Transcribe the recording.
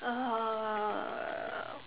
uh